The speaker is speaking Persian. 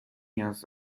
نیاز